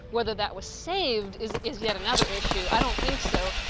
whether that was saved is is yet another issue. i don't think so.